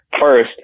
first